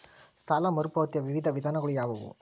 ಸಾಲ ಮರುಪಾವತಿಯ ವಿವಿಧ ವಿಧಾನಗಳು ಯಾವುವು?